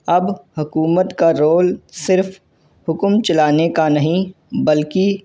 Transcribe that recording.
اب حکومت کا رول صرف حکم چلانے کا نہیں بلکہ